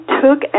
took